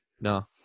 no